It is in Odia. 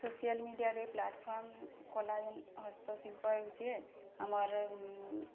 ସୋସିଆଲ୍ ମିଡ଼ିଆରେ ପ୍ଲାଟ୍ଫର୍ମ କଲା ଯେନ୍ ହସ୍ତଶିଳ୍ପ ହେଉଛି ହେ ଆମର୍